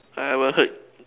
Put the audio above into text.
I will hurt